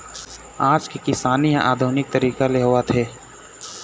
आज के किसानी ह आधुनिक तरीका ले होवत हे